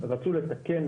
רצו לתקן,